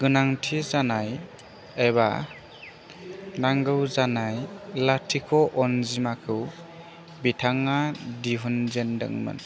गोनांथि जानाय एबा नांगौ जानाय लाथिख' अनजिमाखौ बिथाङा दिहुनजेनदोंमोन